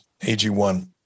AG1